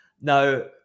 Now